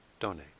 Donate